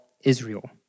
Israel